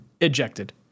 ejected